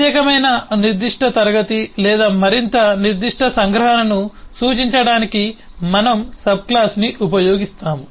ప్రత్యేకమైన మరింత నిర్దిష్ట క్లాస్ లేదా మరింత నిర్దిష్ట సంగ్రహణను సూచించడానికి మనము సబ్క్లాస్ని ఉపయోగిస్తాము